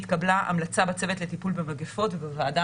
התקבלה המלצה בצוות לטיפול במגפות ובוועדה